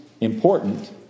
important